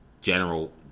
general